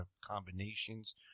combinations